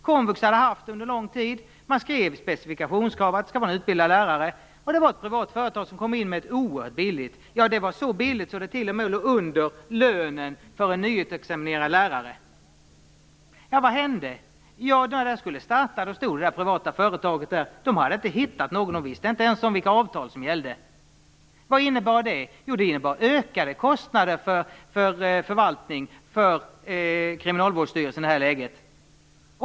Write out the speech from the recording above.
Komvux hade haft den under lång tid. Man skrev specifikationskrav där man talade om att det skulle vara en utbildad lärare. Ett privat företag kom in med ett oerhört lågt anbud. Det var så billigt att det t.o.m. låg under lönen för en nyutexaminerad lärare. Vad hände? Ja, när man skulle starta stod det privata företaget där. De hade inte hittat någon till verksamheten och visste inte ens vilka avtal som gällde. Vad innebar det? Jo, det innebar ökade kostnader för Kriminalvårdsstyrelsen.